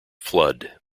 flood